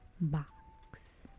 box